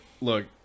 Look